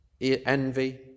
envy